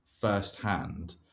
firsthand